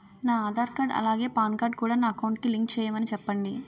నా ఆధార్ కార్డ్ అలాగే PAN card కూడా నా అకౌంట్ కి లింక్ చేయమని చెప్పండి